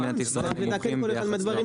שהמיסים במדינת ישראל נמוכים ביחס.